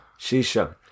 Shisha